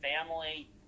family